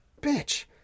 bitch